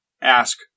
ask